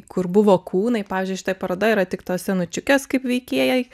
kur buvo kūnai pavyzdžiui šitoj parodoj yra tik tos senučiukės kaip veikėjai